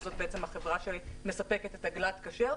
שזאת בעצם החברה שמספקת גלאט כשר,